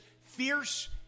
fierce